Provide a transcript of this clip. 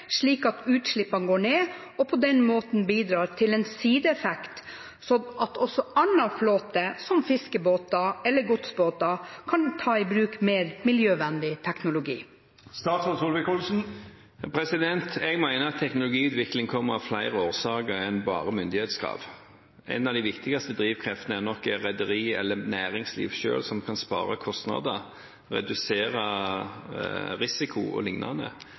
slik at utslippene går ned og på den måten bidrar til en sideeffekt – at også annen flåte, som fiskebåter eller godsbåter, kan ta i bruk mer miljøvennlig teknologi? Jeg mener at teknologiutvikling kommer av flere årsaker enn bare myndighetskrav. En av de viktigste drivkreftene er nok at rederi eller næringsliv selv kan spare kostnader, redusere risiko